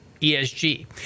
ESG